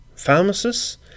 pharmacists